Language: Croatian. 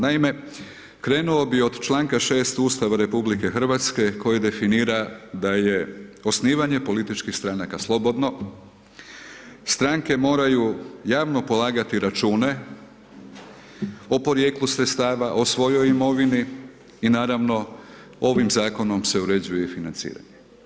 Naime, krenuo bih od članka 6. Ustava Republike Hrvatske, koji definira da je osnivanje političkih stranaka slobodno, stranke moraju javno polagati račune o porijeklu sredstava, o svojoj imovini, i naravno, ovim Zakonom se uređuje i financiranje.